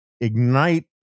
ignite